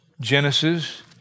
Genesis